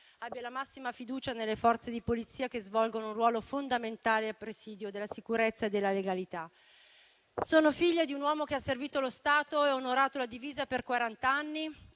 abbia la massima fiducia nelle Forze di polizia che svolgono un ruolo fondamentale a presidio della sicurezza e della legalità. Sono figlia di un uomo che ha servito lo Stato, onorato la divisa per